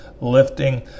lifting